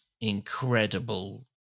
incredible